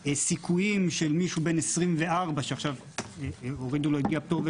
הסיכויים של מישהו בן 24 שעכשיו הורידו לו את גיל הפטור להיות